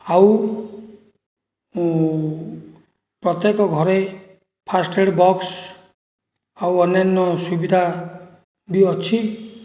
ଆଉ ପ୍ରତ୍ୟେକ ଘରେ ଫାଷ୍ଟଟେଡ଼ ବକ୍ସ ଆଉ ଅନ୍ୟାନ ସୁବିଧା ବି ଅଛି